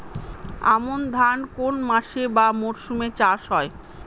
আমন ধান কোন মাসে বা মরশুমে চাষ হয়?